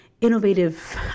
innovative